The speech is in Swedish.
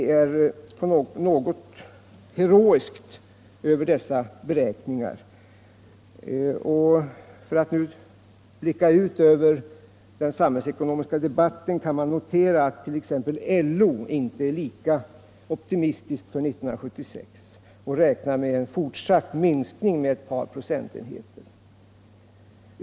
Det är något heroiskt över dessa beräkningar, och om man blickar ut över den samhällsekonomiska debatten kan man notera att t.ex. LO inte är lika optimistisk för 1976 utan räknar med en fortsatt minskning med ett par procentenheter.